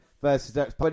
versus